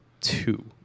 two